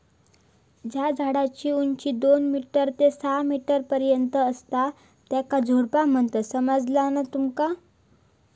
ज्या झाडांची उंची दोन मीटर ते सहा मीटर पर्यंत असता त्येंका झुडपा म्हणतत, समझला ना तुका?